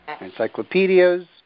Encyclopedias